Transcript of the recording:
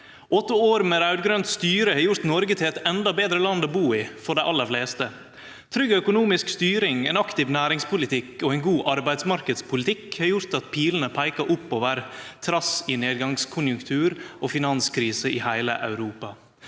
Åtte år med raud-grønt styre har gjort Noreg til eit endå betre land å bu i for dei aller fleste. Trygg økonomisk styring, ein aktiv næringspolitikk og ein god arbeidsmarknadspolitikk har gjort at pilene peikar oppover trass i nedgangskonjunktur og finanskrise i heile Europa.